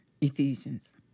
Ephesians